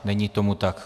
Není tomu tak.